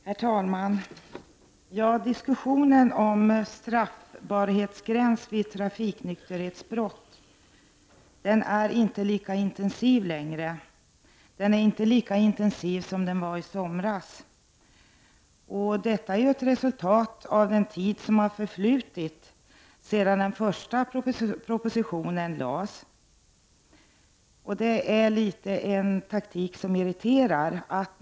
Herr talman! Diskussionen om straffbarhetsgränsen vid trafiknykterhetsbrott är inte intensiv längre. Den är inte lika intensiv som den var i somras. Detta är ett resultat av den tid som har förflutit sedan den första propositionen framlades. Detta är en taktik som irriterar.